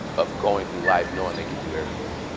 of going through life knowing they can do everything.